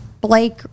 Blake